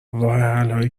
راهحلهایی